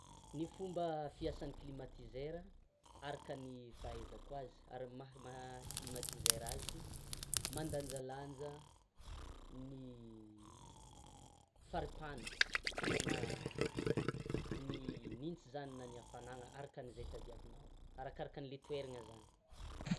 Ny fomba fiasan'ny climatiseur araka ny fahaizako azy ary maha climatiseur azy, mandanjalanja ny faripahana na ny gnintsy zany na ny hafanana arakan' izay tadiavinao; arakaraka anle toerana zany.